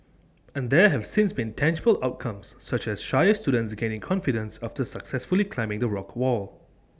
and there have since been tangible outcomes such as shyer students gaining confidence after successfully climbing the rock wall